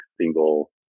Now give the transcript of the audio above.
single